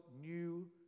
new